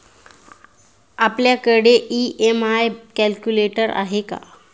आपल्याकडे EMI calculator आहे का?